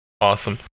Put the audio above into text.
Awesome